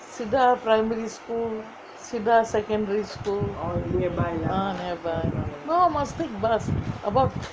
cedar primary school cedar secondary school ah nearby no must take bus